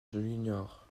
juniors